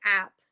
app